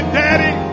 daddy